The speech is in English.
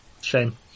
Shame